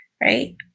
right